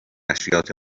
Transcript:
نشریات